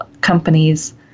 companies